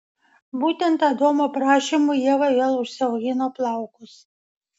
būtent adomo prašymu ieva vėl užsiaugino plaukus